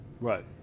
Right